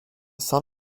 son